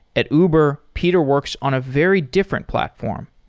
at uber, peter works on a very different platform,